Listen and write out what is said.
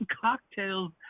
cocktails